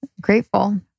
grateful